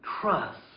trust